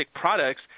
products